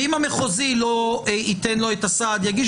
ואם המחוזי לא ייתן לו את הסעד יגיש